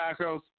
tacos